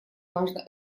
важно